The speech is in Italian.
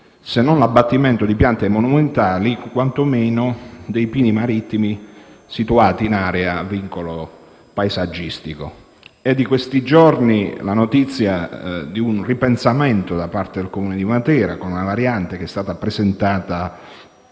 l'abbattimento se non di piante monumentali, quantomeno dei pini marittimi situati in area sottoposta a vincolo paesaggistico. È di questi giorni la notizia di un ripensamento da parte del Comune di Matera, con una variante che è stata presentata